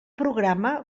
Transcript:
programa